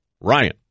ryan